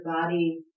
body